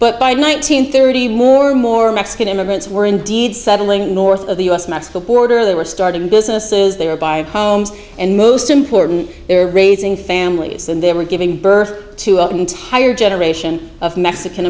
but by nineteen thirty more or more mexican immigrants were indeed settling north of the us mexico border they were starting businesses they were buying homes and most important their raising families and they were giving birth to an entire generation of mexican